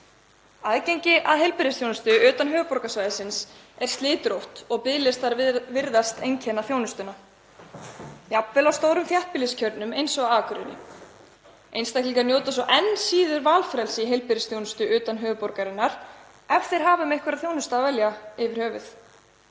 Aðgengi að heilbrigðisþjónustu utan höfuðborgarsvæðisins er slitrótt og biðlistar virðast einkenna þjónustuna, jafnvel í stórum þéttbýliskjörnum eins og á Akureyri. Einstaklingar njóta svo enn síður valfrelsis í heilbrigðisþjónustu utan höfuðborgarinnar ef þeir hafa um einhverja þjónustu að velja yfir höfuð.